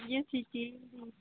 ਜੀ ਅਸੀਂ ਚੀਲ